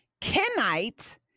Kenite